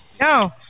No